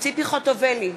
ציפי חוטובלי,